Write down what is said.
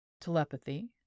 telepathy